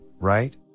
right